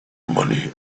money